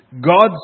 God's